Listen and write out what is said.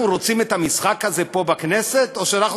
אנחנו רוצים את המשחק הזה פה בכנסת או שאנחנו